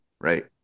Right